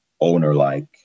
owner-like